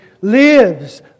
lives